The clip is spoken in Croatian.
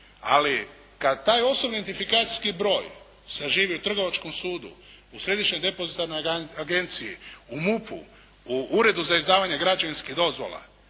Ali kada taj osobni identifikacijski broj saživi u trgovačkom sudu, u Središnjoj depozitarnoj agenciji, u MUP-u, u uredu za izdavanje građevinskih dozvola